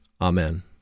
Amen